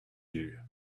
you